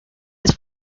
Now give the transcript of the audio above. its